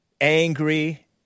angry